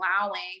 allowing